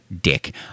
dick